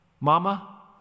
Mama